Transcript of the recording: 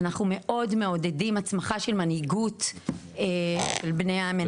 אנחנו מאוד מעודדים הצמחה של מנהיגות של בני המנשה.